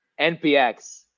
NPX